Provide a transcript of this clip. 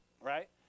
Right